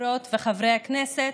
חברות וחברי הכנסת,